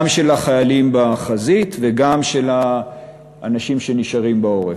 גם של החיילים בחזית וגם של האנשים שנשארים בעורף.